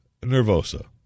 nervosa